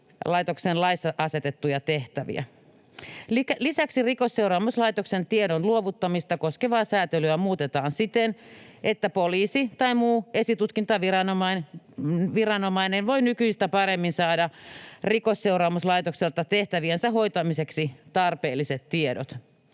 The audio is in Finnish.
laissa asetettuja tehtäviä. Lisäksi Rikosseuraamuslaitoksen tiedon luovuttamista koskevaa sääntelyä muutetaan siten, että poliisi tai muu esitutkintaviranomainen voi nykyistä paremmin saada Rikosseuraamuslaitokselta tehtäviensä hoitamiseksi tarpeelliset tiedot.